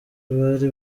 bari